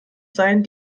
sein